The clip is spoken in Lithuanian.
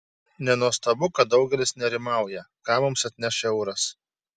nenuostabu kad daugelis nerimauja ką mums atneš euras